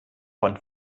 von